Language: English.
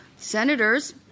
Senators